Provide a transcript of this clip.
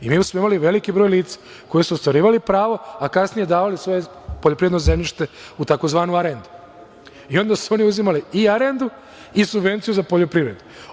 Mi smo imali veliki broj lica koji su ostvarivali pravo, a kasnije davali svoje poljoprivredno zemljište u tzv. arendu i onda su oni uzimali i arendu i subvenciju za poljoprivredu.